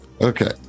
Okay